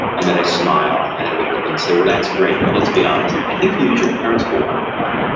and then i smile and i look at them and say, well, that's great, but let's be honest. i think you use your parents for your alarm clock,